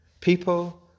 People